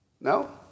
No